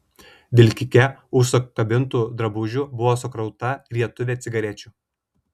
vilkike už sukabintų drabužių buvo sukrauta rietuvė cigarečių